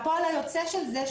הפועל היוצא של זה,